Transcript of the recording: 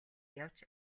явж